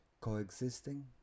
coexisting